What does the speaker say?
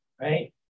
right